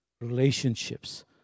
relationships